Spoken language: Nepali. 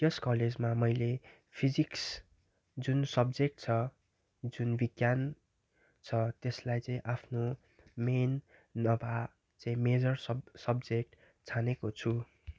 यस कलेजमा मैले फिजिक्स जुन सब्जेक्ट छ जुन विज्ञान छ त्यसलाई चाहिँ आफ्नो मेन नभए चाहिँ मेजर सब सब्जेक्ट छानेको छु